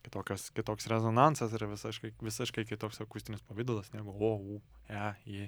kitokios kitoks rezonansas yra visaškai visiškai kitoks akustinis pavidalas negu o ū e y